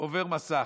עובר מסך.